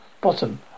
Bottom